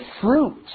fruit